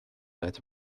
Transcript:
that